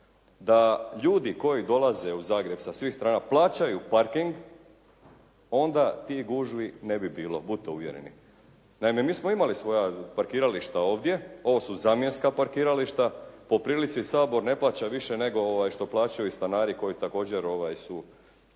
Da ljudi koji dolaze u Zagreb sa svih strana plaćaju parking onda tih gužvi ne bi bilo. Budite uvjereni. Naime mi smo imali svoja parkirališta ovdje. Ovo su zamjenska parkirališta. Po prilici Sabor ne plaća više nego što plaćaju i stanari koji također su